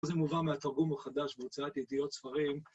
‫זה מובן מהתרגום החדש ‫בהוצאת ידיעות ספרים.